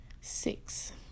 six